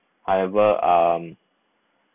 however um